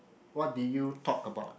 what did you talk about